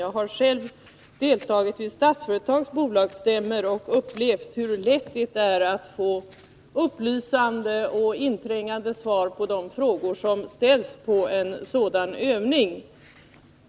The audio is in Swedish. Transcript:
Jag har själv deltagit i Statsföretags bolagsstämmor och upplevt hur lätt det är att få upplysande och inträngande svar på de frågor som ställs under en sådan övning.